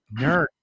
Nerd